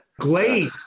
Glade